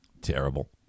Terrible